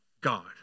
God